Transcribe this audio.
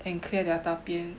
and clear their 大便